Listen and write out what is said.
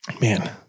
man